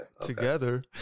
Together